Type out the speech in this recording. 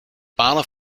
palen